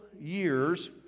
years